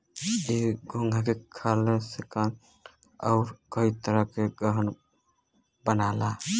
इ घोंघा के खाल से कान नाक आउर कई तरह के गहना बनला